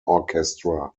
orchestra